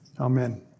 Amen